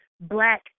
black